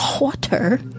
water